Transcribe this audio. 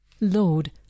lord